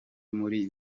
muri